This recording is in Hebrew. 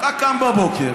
אתה קם בבוקר,